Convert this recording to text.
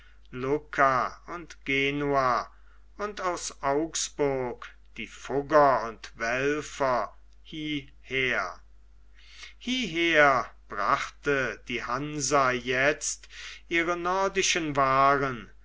lucca und genua und aus augsburg die fugger und welser hieher hieher brachte die hansa jetzt ihre nordischen waaren